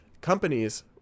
Companies